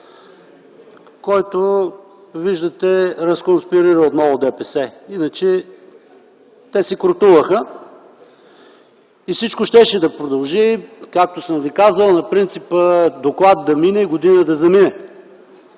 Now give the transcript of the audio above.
който, виждате, че разконспирира отново ДПС. Иначе те си кротуваха и всичко щеше да продължи, както съм Ви казвал, на принципа: доклад да мине, година да замине.